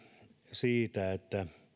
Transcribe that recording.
siitä että